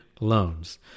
loans